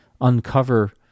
uncover